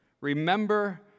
remember